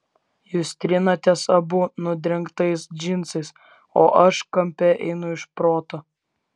jūs trinatės abu nudrengtais džinsais o aš kampe einu iš proto